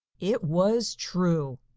it was true.